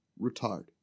retard